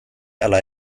ala